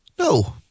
No